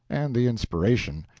and the inspiration.